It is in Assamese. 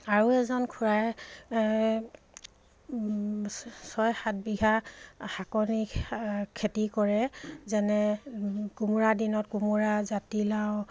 আৰু এজন খুৰাই ছয় সাত বিঘা শাকনি খেতি কৰে যেনে কোমোৰা দিনত কোমোৰা জাতিলাও